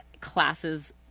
classes